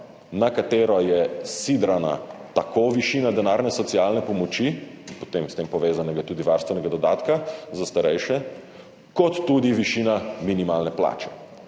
na katero je sidrana tako višina denarne socialne pomoči – potem s tem povezano tudi varstvenega dodatka za starejše – kot tudi višina minimalne plače.